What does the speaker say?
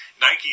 Nike